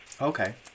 Okay